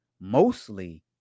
mostly